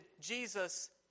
Jesus